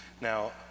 Now